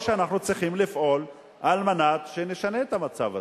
או שאנחנו צריכים לפעול על מנת שנשנה את המצב הזה.